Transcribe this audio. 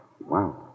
Wow